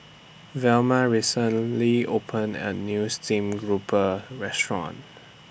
Velma recently opened A New Steamed Grouper Restaurant